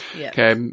Okay